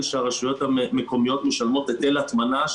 שהרשויות המקומיות משלמות היטל הטמנה,